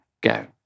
go